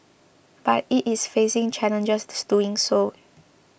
but it is facing challenges doing so